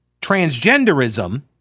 transgenderism